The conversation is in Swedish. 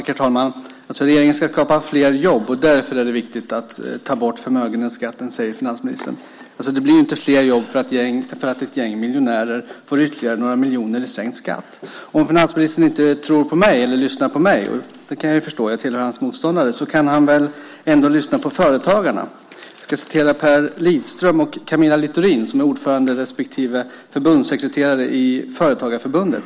Herr talman! Regeringen ska alltså skapa fler jobb. Därför är det viktigt att ta bort förmögenhetsskatten, säger finansministern. Det blir ju inte fler jobb för att ett gäng miljonärer får ytterligare några miljoner i sänkt skatt. Om finansministern inte tror på mig eller lyssnar på mig - och det kan jag förstå eftersom jag tillhör hans motståndare - kan han väl ändå lyssna på företagarna. Jag ska citera Per Lidström och Camilla Littorin, som är ordförande respektive förbundssekreterare på Företagarförbundet.